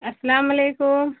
السلام علیکم